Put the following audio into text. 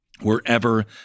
Wherever